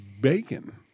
bacon